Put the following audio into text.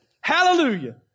Hallelujah